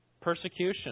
persecution